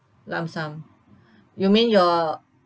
lump sum you mean your